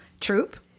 Troop